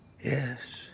Yes